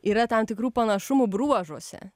yra tam tikrų panašumų bruožuose